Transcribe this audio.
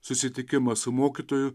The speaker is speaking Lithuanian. susitikimas su mokytoju